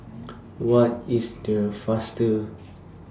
What IS The fastest